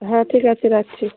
হ্যাঁ ঠিক আছে রাখছি